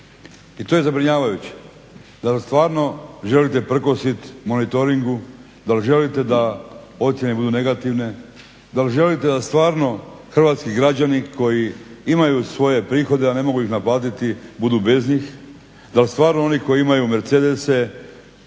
I to je zabrinjavajuće, dal stvarno želite prkosit monetoring, dal želite da ocjene budu negativne, dal želite da stvarno hrvatski građani koji imaju svoje prihode, a ne mogu ih naplatiti budu bez njih. Dal stvarno oni koji imaju Mercedese,